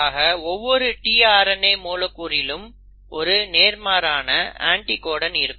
ஆக ஒவ்வொரு tRNA மூலக்கூறிலும் ஒரு நேர்மாறான அண்டிகோடன் இருக்கும்